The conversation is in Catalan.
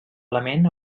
element